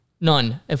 None